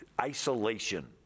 isolation